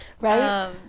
Right